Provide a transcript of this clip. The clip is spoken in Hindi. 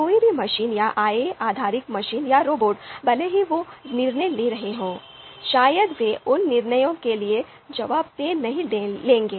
कोई भी मशीन या AI आधारित मशीन या रोबोट भले ही वे निर्णय ले रहे हों शायद वे उन निर्णयों के लिए जवाबदेही नहीं लेंगे